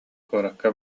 куоракка